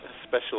special